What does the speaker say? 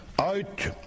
out